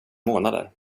månader